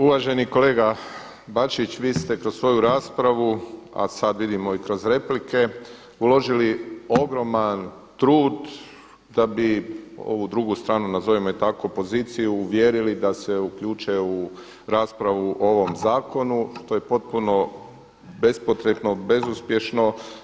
Uvaženi kolega Bačić, vi ste kroz svoju raspravu a sada vidimo i kroz replike uložili ogroman trud da bi ovu drugu stranu, nazovimo je tako, poziciju uvjerili da se uključe u raspravu o ovom zakonu što je potpuno bespotrebno, bezuspješno.